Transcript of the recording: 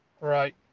Right